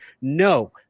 no